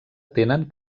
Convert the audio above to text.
tenen